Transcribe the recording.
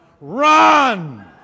Run